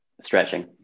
Stretching